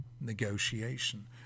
negotiation